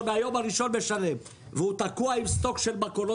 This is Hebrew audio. מהיום הראשון משלם והוא תקוע עם סטוק של מכולות.